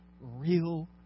real